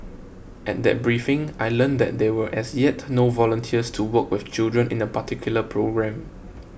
at that briefing I learnt that there were as yet no volunteers to work with children in a particular programme